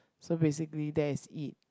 so basically that is it